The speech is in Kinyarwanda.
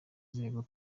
nzego